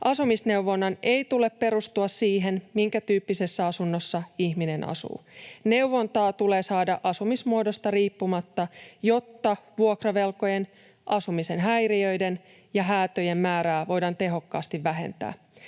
Asumisneuvonnan ei tule perustua siihen, minkä tyyppisessä asunnossa ihminen asuu. Neuvontaa tulee saada asumismuodosta riippumatta, jotta vuokravelkojen, asumisen häiriöiden ja häätöjen määrää voidaan tehokkaasti vähentää.